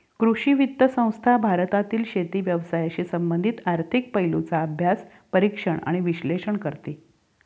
कृषी वित्त संस्था भारतातील शेती व्यवसायाशी संबंधित आर्थिक पैलूंचा अभ्यास, परीक्षण आणि विश्लेषण करते